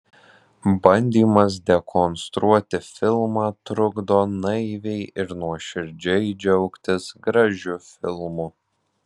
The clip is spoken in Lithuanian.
bandymas dekonstruoti filmą trukdo naiviai ir nuoširdžiai džiaugtis gražiu filmu